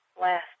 last